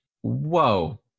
Whoa